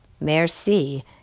Merci